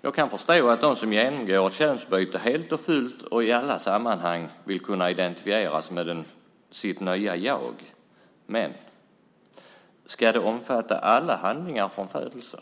Jag kan förstå att de som genomgår ett könsbyte helt och fullt och i alla sammanhang vill kunna identifieras med sitt nya jag. Men ska det omfatta alla handlingar från födelsen?